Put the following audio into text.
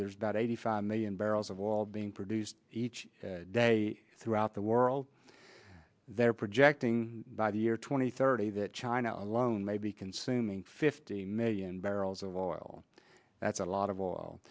there's about eighty five million barrels of oil being produced each day throughout the world they're projecting by the year two thousand and thirty that china alone may be consuming fifty million barrels of oil that's a lot of all